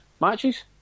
matches